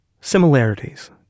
Similarities